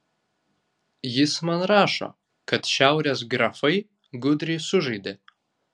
jis man rašo kad šiaurės grafai gudriai sužaidė